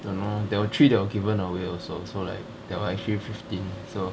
don't know there were three that were given away also so like there were actually fifteen so